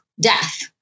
death